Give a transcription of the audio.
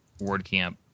WordCamp